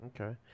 Okay